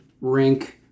rink